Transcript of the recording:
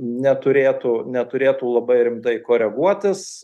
neturėtų neturėtų labai rimtai koreguotis